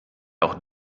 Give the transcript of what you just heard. auch